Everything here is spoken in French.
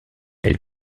elle